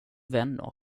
vänner